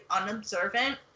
unobservant